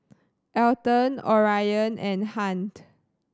Alton Orion and Hunt